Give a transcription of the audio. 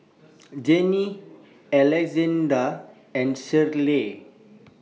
Janine Alexzander and Shirley